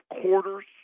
quarters